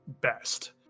best